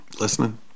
listening